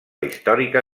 històrica